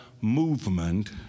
movement